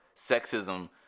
sexism